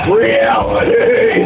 reality